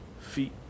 feet